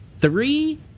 three